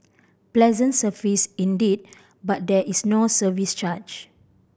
pleasant service indeed but there is no service charge